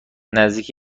نزدیک